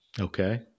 Okay